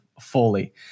fully